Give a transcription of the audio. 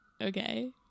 okay